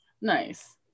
Nice